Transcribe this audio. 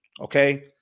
Okay